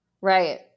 Right